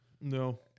No